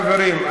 חברים,